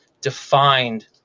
Defined